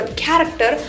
character